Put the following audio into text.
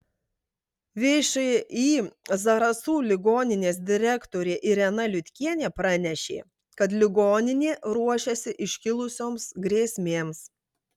všį zarasų ligoninės direktorė irena liutkienė pranešė kad ligoninė ruošiasi iškilusioms grėsmėms